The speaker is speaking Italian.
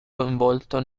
coinvolto